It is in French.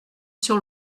sur